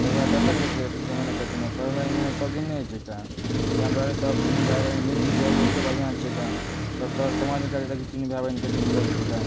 तकरबाद देखल जेतै कमेनाइ खटेनाइ पढ़नाइ लिखनाइ सबदिन नहि होइत छै कएल ताहि दुआरे सब तीनो भाइ बहिन मिलजुल कऽ रहब ओते बढ़िआँ छै कऽ सब सर समाजमे कहतै देखही तीनो भए बहिन कतेक मिलल जकाँ